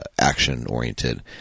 action-oriented